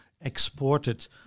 Exported